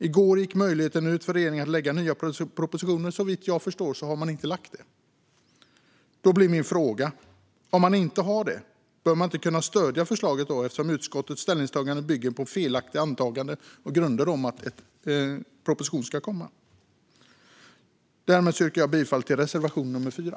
I går gick möjligheten ut för regeringen att lägga nya propositioner till riksdagen, och såvitt jag förstår har man inte lagt fram något förslag. Då blir min fråga: Om man inte har det, bör man då inte kunna stödja förslaget? Utskottets ställningstagande bygger ju på felaktiga antaganden och grunder om att en proposition ska komma. Jag yrkar bifall till reservation 4.